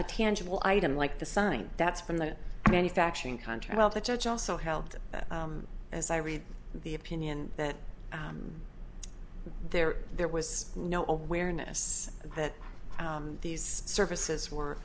a tangible item like the sign that's from the manufacturing country well the judge also held as i read the opinion that there there was no awareness that these services were